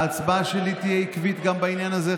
ההצבעה שלי תהיה עקבית גם בעניין הזה,